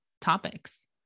topics